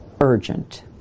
urgent